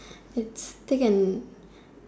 it's take an